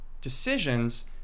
decisions